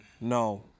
No